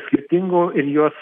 skirtingų ir juos